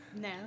No